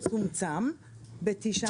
אני אגיד שצומצם בתשעה מיליון.